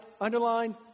underline